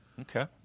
Okay